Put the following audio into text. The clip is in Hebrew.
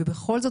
בכל זאת,